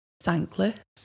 thankless